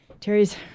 Terry's